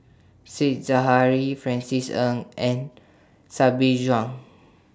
Said Zahari Francis Ng and Sabri Buang